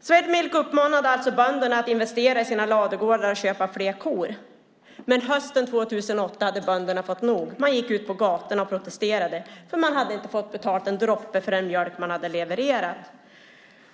Swedmilk uppmanade bönderna att investera i sina ladugårdar och köpa fler kor. Men hösten 2008 hade bönderna fått nog. De gick ut på gatorna och protesterade. De hade inte fått betalt för en droppe av den mjölk de hade levererat.